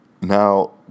Now